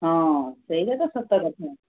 ହଁ ସେଇଟା ତ ସତ କଥା